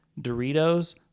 Doritos